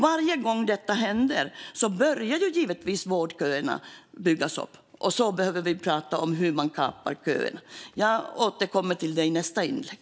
Varje gång detta händer börjar givetvis vårdköerna byggas upp, och vi behöver prata om hur man kapar köerna. Jag återkommer till det i nästa inlägg.